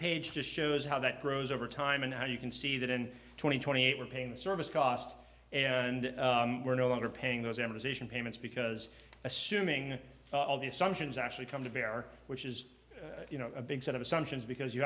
page just shows how that grows over time and how you can see that in twenty twenty eight we're paying the service cost and we're no longer paying those embers asian payments because assuming all of the assumptions actually come to bear which is you know a big set of assumptions because you